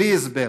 בלי הסבר,